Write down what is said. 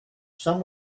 some